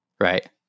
right